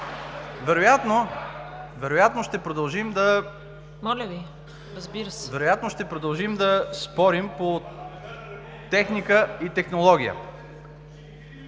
Вероятно ще продължим да спорим по техника и технология.